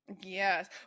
Yes